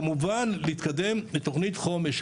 כמובן להתקדם בתוכנית חומש,